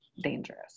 dangerous